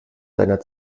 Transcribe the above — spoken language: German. deiner